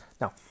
Now